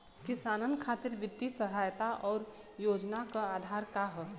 किसानन खातिर वित्तीय सहायता और योजना क आधार का ह?